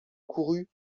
courut